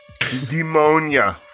Demonia